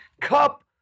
Cup